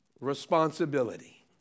responsibility